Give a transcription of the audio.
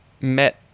met